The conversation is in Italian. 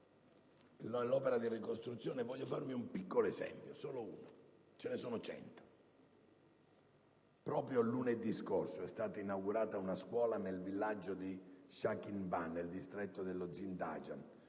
nell'opera di ricostruzione. Voglio farvi un piccolo esempio: solo uno, ma ce ne sono 100. Proprio lunedì scorso è stata inaugurata una scuola nel villaggio di Shakinban, nel distretto di Zindajan,